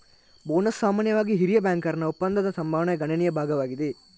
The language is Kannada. ಬೋನಸ್ ಸಾಮಾನ್ಯವಾಗಿ ಹಿರಿಯ ಬ್ಯಾಂಕರ್ನ ಒಪ್ಪಂದದ ಸಂಭಾವನೆಯ ಗಣನೀಯ ಭಾಗವಾಗಿದೆ